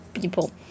people